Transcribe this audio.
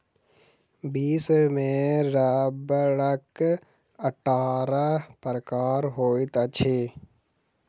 विश्व में रबड़क अट्ठारह प्रकार होइत अछि